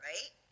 Right